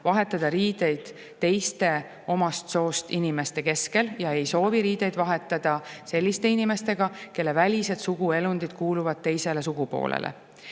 vahetada riideid teiste omast soost inimeste keskel ja ei soovi riideid vahetada koos selliste inimestega, kelle välised suguelundid kuuluvad teisele sugupoolele.